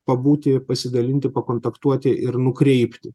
pabūti pasidalinti pakontaktuoti ir nukreipti